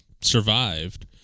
survived